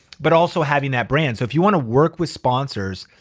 but also having that brand. so if you wanna work with sponsors,